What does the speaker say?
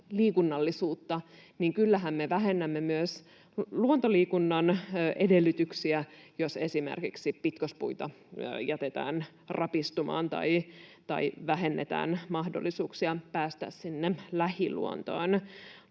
liikunnallisuutta, niin kyllähän me vähennämme myös luontoliikunnan edellytyksiä, jos esimerkiksi pitkospuita jätetään rapistumaan tai vähennetään mahdollisuuksia päästä sinne lähiluontoon.